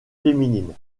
féminine